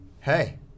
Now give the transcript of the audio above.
Hey